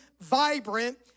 vibrant